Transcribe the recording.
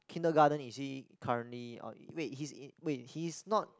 kindergarten is he currently or wait he's in wait he's not